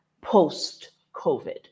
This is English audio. post-COVID